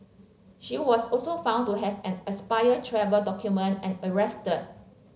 she was also found to have an expired travel document and arrested